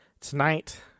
tonight